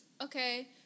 Okay